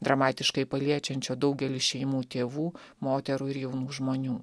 dramatiškai paliečiančio daugelį šeimų tėvų moterų ir jaunų žmonių